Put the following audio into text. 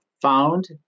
found